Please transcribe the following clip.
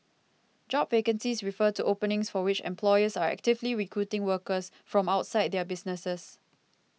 job vacancies refer to openings for which employers are actively recruiting workers from outside their businesses